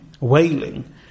wailing